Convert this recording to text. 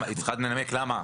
היא צריכה לנמק למה.